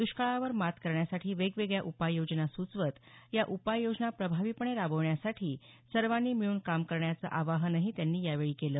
दष्काळावर मात करण्यासाठी वेगवेगळ्या उपाययोजना सुचवत या उपाययोजना प्रभावीपणे राबविण्यासाठी सर्वांनी मिळून काम करण्याचंही आवाहन त्यांनी यावेळी केलं